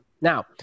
Now